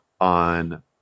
on